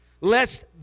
Lest